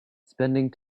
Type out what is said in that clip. spending